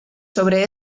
sobre